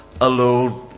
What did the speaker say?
alone